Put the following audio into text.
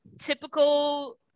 typical